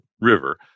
river